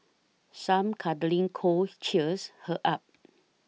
some cuddling could cheers her up